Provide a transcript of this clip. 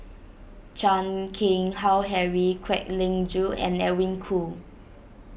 Chan Keng Howe Harry Kwek Leng Joo and Edwin Koo